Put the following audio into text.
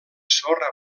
sorra